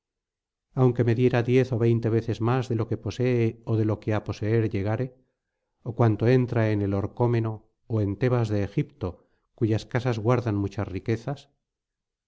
aunque me diera diez ó veinte veces más de lo que posee ó de lo que á poseer llegare ó cuanto entra en orcómeno ó en tebas de egipto cuyas casas guardan muchas riquezas